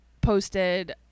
posted